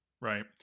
right